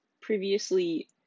previously